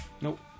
Nope